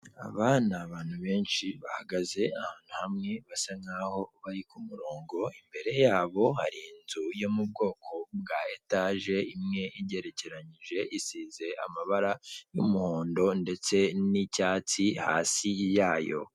Aba ni abantu benshi bahagaze ahantu hamwe basa nkaho bari ku murongo, imbere yabo hari inzu yo mu bwoko bwa etaje imwe igerekeranyije, isize amabara y'umuhondo ndetse n'icyatsi hasi yayo.